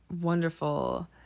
wonderful